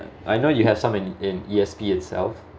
I know you have some in in E_S_P itself